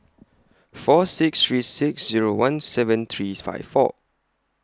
four six three six Zero one seven three five four